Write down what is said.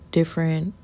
different